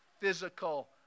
physical